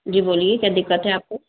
जी बोलिए क्या दिक्कत है आपको